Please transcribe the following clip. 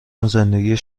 زندگی